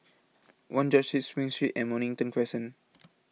one George Street Spring Street and Mornington Crescent